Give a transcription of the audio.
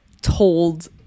told